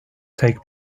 take